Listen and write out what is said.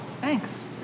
thanks